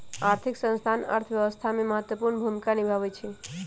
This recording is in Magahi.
आर्थिक संस्थान अर्थव्यवस्था में महत्वपूर्ण भूमिका निमाहबइ छइ